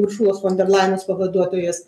uršulos fon der lajen s pavaduotojas